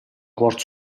cuor